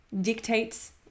dictates